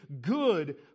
good